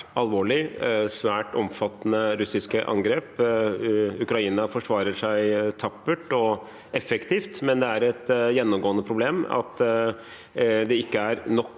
alvorlige og svært omfattende russiske angrep. Ukraina forsvarer seg tappert og effektivt, men det er et gjennomgående problem at det ikke er nok